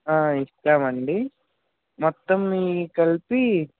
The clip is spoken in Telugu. ఇస్తామండి మొత్తం మీది కలిపి